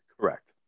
Correct